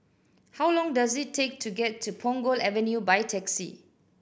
how long does it take to get to Punggol Avenue by taxi